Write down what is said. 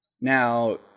Now